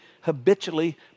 habitually